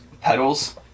pedals